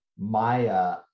Maya